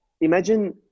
imagine